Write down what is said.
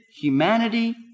humanity